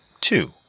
Two